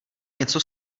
něco